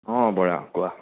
অ বৰা কোৱা